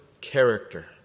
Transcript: character